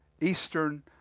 Eastern